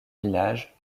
village